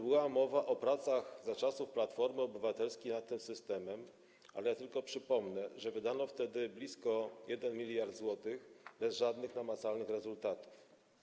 Była mowa o pracach za czasów Platformy Obywatelskiej nad tym systemem, ale tylko przypomnę, że wydano wtedy blisko 1 mld zł bez żadnych namacalnych rezultatów.